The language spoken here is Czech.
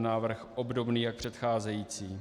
Návrh je obdobný jako předcházející.